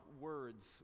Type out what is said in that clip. words